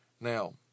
Now